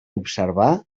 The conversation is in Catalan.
observar